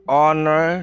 honor